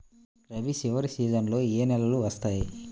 రబీ చివరి సీజన్లో ఏ నెలలు వస్తాయి?